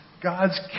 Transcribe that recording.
God's